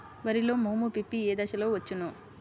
వరిలో మోము పిప్పి ఏ దశలో వచ్చును?